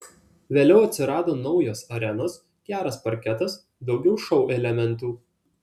vėliau atsirado naujos arenos geras parketas daugiau šou elementų